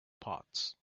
parts